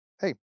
hey